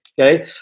Okay